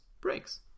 breaks